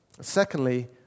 Secondly